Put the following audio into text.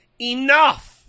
enough